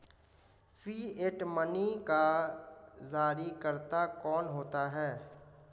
Fiat money का जारीकर्ता कौन होता है?